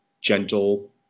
gentle